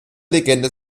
legende